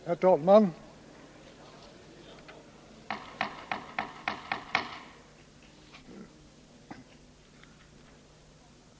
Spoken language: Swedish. Herr talman!